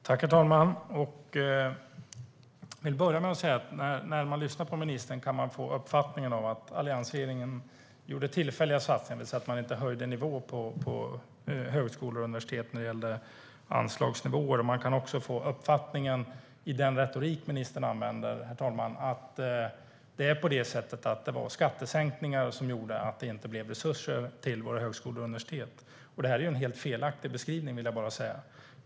Herr talman! Jag vill börja med att säga: När man lyssnar på ministern kan man få uppfattningen att alliansregeringen gjorde tillfälliga satsningar, det vill säga att man inte höjde anslagsnivån för högskolor och universitet. Man kan också få uppfattningen, i den retorik ministern använder, herr talman, att det var skattesänkningar som gjorde att det inte blev resurser till våra högskolor och universitet. Det är en helt felaktig beskrivning, vill jag bara säga.